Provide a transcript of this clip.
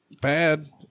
bad